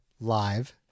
live